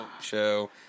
show